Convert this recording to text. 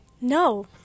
No